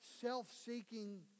self-seeking